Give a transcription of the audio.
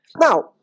Now